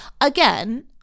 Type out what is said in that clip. again